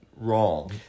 wrong